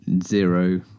zero